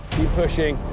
keep pushing.